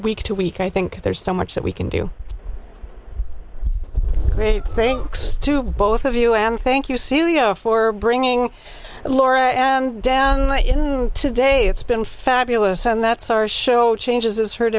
week to week i think there's so much that we can do great thanks to both of you and thank you for bringing laura and down today it's been fabulous and that's our show changes